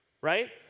Right